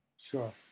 Sure